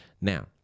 Now